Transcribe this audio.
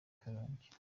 karongi